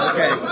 Okay